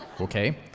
Okay